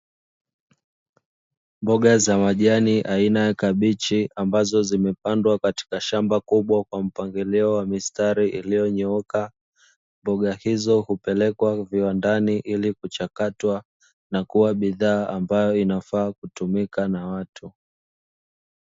Mboga za majani aina ya kabichi, ambazo zimepandwa katika shamba kubwa kwa mpangilio wa mistari iliyonyooka, mboga hizo hupelekwa viwandani ili kuchakatwa na kuwa bidhaa inayofaa kutumika na watu.